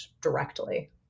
directly